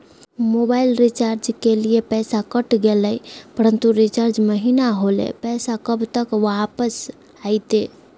Mobile recharge के लिए पैसा कट गेलैय परंतु रिचार्ज महिना होलैय, पैसा कब तक वापस आयते?